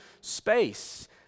space